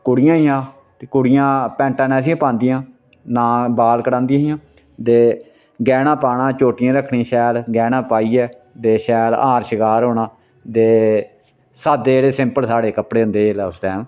कुड़ियां हियां ते कुड़ियां पैंटां नेहियां पांदियां ना बाल कटादियां हियां ते गैह्ना पाना चोटियां रक्खनियां शैल गैह्ने पाइयै ते शैल हार शंगार होना ते सादे जेह्ड़े सिंपल साढ़े कपड़े होंदे हे उस टैम